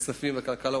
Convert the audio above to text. כספים וכלכלה,